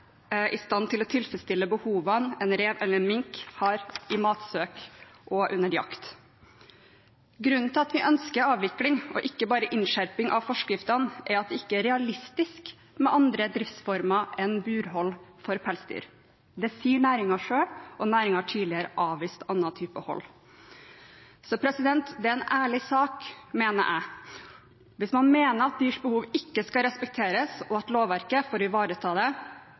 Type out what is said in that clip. tilfredsstille behovene en rev eller mink har for matsøk og jakt. Grunnen til at vi ønsker avvikling og ikke bare innskjerping av forskriftene, er at det ikke er realistisk med andre driftsformer enn burhold for pelsdyr. Det sier næringen selv, og næringen har tidligere avvist annen type hold. Det er en ærlig sak, mener jeg, å mene at dyrs behov ikke skal respekteres, og at lovverket for å ivareta det